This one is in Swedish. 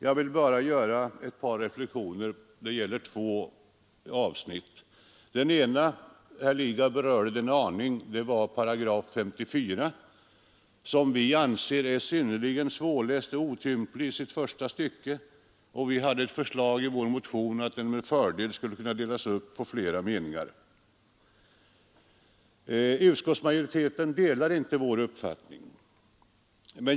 Jag vill bara göra ett par reflexioner när det gäller två avsnitt. Det ena, som herr Lidgard något berörde, gäller 54 §, som vi anser är synnerligen svårläst och otydlig i sitt första stycke. Vi hade ett förslag i vår motion att den med fördel skulle kunna delas upp på flera meningar. Utskottsmajoriteten delar inte vår uppfattning.